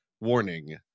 warning